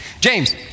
James